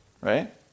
right